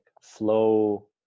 flow